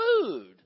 food